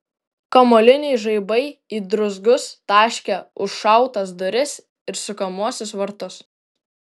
kamuoliniai žaibai į druzgus taškė užšautas duris ir sukamuosius vartus